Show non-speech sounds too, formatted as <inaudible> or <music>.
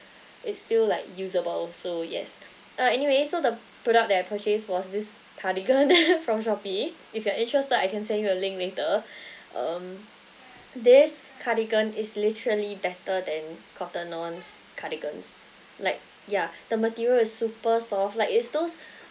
it's still like usable so yes ah anyway so the product that I purchased was this cardigan <laughs> from Shopee if you are interested I can send you a link later <breath> um this cardigan is literally better than cotton on's cardigans like yeah the material is super soft like it's those